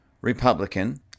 Republican